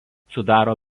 sudaro